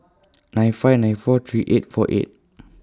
nine five nine four three eight four eight